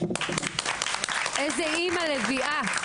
איזה אמא לביאה.